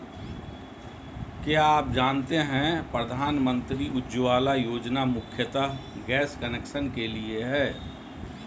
क्या आप जानते है प्रधानमंत्री उज्ज्वला योजना मुख्यतः गैस कनेक्शन के लिए है?